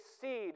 seed